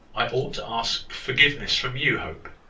i ought to ask forgiveness from you, hope.